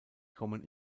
kommen